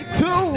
two